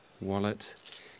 wallet